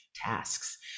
tasks